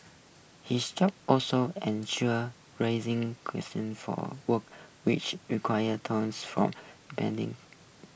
his job also ensure raising for works which required tenders from depending